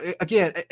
again